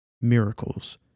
Miracles